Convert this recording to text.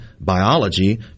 biology